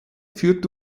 führt